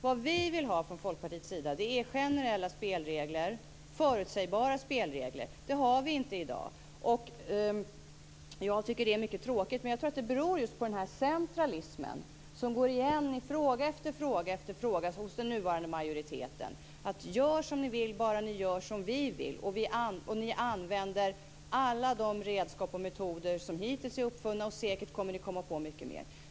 Vad vi vill ha från Folkpartiets sida är generella och förutsägbara spelregler. Det har vi inte i dag. Jag tycker att det är mycket tråkigt. Men jag tror att det beror just på denna centralism, som går igen i fråga efter fråga hos den nuvarande majoriteten, att gör som ni vill bara ni gör som vi vill. Ni använder alla de redskap och metoder som hittills är uppfunna, och säkert kommer ni att komma på mycket mer.